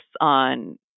on